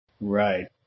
Right